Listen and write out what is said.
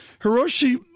Hiroshi